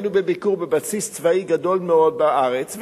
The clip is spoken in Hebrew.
היינו בביקור בבסיס צבאי גדול מאוד בארץ,